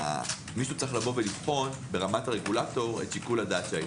מישהו צריך לבחון ברמת הרגולטור את שיקול הדעת שהיה.